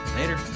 Later